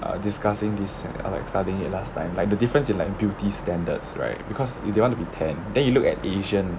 err discussing this and err like studying it last time like the difference in like beauty standards right because if they want to be tan then you look at asian